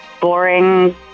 Boring